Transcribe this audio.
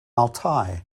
altai